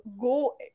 go